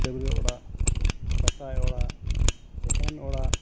ᱰᱟᱹᱵᱨᱟ ᱚᱲᱟᱜ ᱫᱟᱠᱟᱭ ᱚᱲᱟᱜ ᱛᱟᱦᱮᱱ ᱚᱲᱟᱜ